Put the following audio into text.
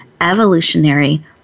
evolutionary